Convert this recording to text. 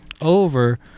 over